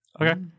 Okay